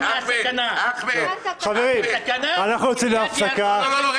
לאחר שהבהרנו את הנושא אני מעלה אותו להצבעה.